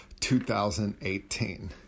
2018